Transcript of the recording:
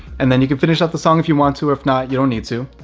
and then you can finish up the song if you want to or if not, you don't need to.